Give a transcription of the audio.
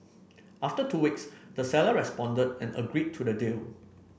after two weeks the seller responded and agreed to the deal